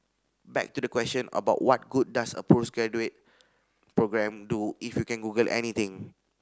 back to the question about what good does a postgraduate programme do if you can google anything